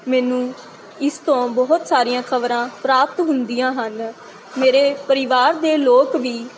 ਮੈਨੂੰ ਇਸ ਤੋਂ ਬਹੁਤ ਸਾਰੀਆਂ ਖ਼ਬਰਾਂ ਪ੍ਰਾਪਤ ਹੁੰਦੀਆਂ ਹਨ ਮੇਰੇ ਪਰਿਵਾਰ ਦੇ ਲੋਕ ਵੀ